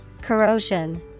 corrosion